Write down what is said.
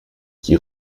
qui